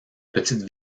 petite